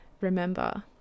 remember